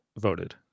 voted